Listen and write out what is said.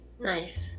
Nice